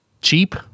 cheap